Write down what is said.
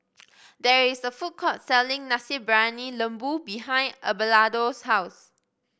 there is a food court selling Nasi Briyani Lembu behind Abelardo's house